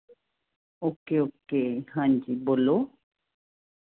okay okay ਹਾਂਜੀ ਬੋਲੋ